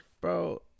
bro